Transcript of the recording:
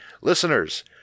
Listeners